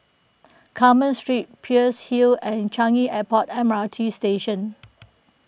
Carmen Street Peirce Hill and Changi Airport M R T Station